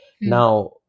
now